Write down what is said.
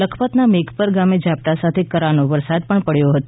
લખપતના મેઘપર ગામે ઝાપટા સાથે કરાનો વરસાદ પણ પડ્યો હતો